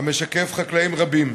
המשקף חקלאים רבים.